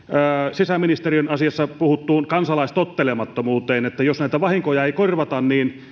sisäministeriön asiassa puhuttuun kansalaistottelemattomuuteen eli jos näitä vahinkoja ei korvata